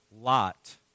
Lot